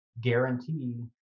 guarantee